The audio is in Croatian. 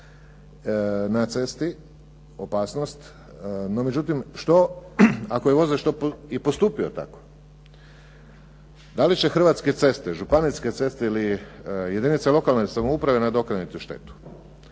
na cesti, opasnost. No međutim, što ako je vozač i postupio tako? Da li će Hrvatske ceste, županijske ceste ili jedinice lokalne samouprave nadoknaditi tu štetu?